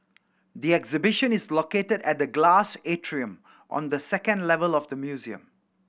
the exhibition is located at the glass atrium on the second level of the museum